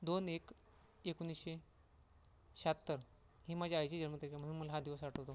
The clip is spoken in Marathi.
दोन एक एकोणीसशे शाहत्तर ही माझ्या आईची जन्मतारीख आहे म्हणून मला हा दिवस आठवतो